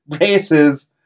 races